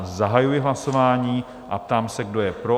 Zahajuji hlasování a ptám se, kdo je pro?